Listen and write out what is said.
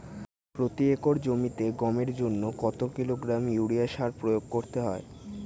প্রতি একর জমিতে গমের জন্য কত কিলোগ্রাম ইউরিয়া সার প্রয়োগ করতে হয়?